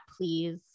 please